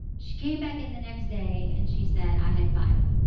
she came back in the next day and she said, i had five.